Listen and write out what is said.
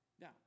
Now